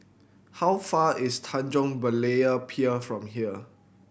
how far is Tanjong Berlayer Pier from here